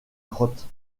grotte